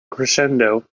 crescendo